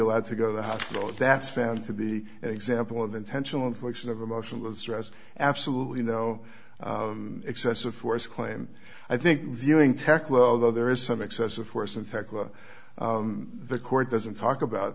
allowed to go to the hospital that's found to the example of intentional infliction of emotional stress absolutely no excessive force claim i think viewing tech well though there is some excessive force in fact the court doesn't talk about